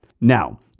Now